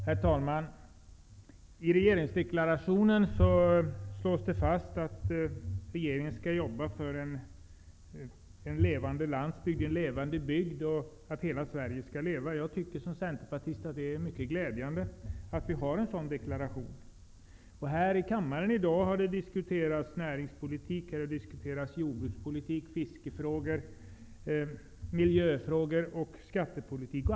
Herr talman! I regeringsdeklarationen slås det fast att regeringen skall arbeta för en levande landsbygd och för att hela Sverige skall leva. Som centerpartist finner jag det mycket glädjande med en sådan deklaration. Här i kammaren har det i dag diskuterats näringspolitik, jordbrukspolitik, fiskefrågor, miljöfrågor och skattepolitik.